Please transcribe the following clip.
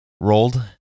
rolled